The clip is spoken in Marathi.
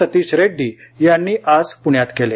सतीश रेड्डी यांनी आज पुण्यात केले